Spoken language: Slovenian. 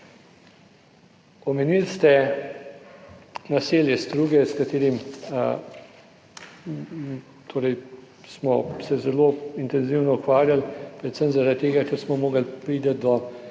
Omenili ste naselje Struge, s katerim torej smo se zelo intenzivno ukvarjali, predvsem zaradi tega, ker smo morali priti do